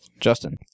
Justin